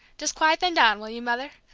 just quiet them down, will you, mother?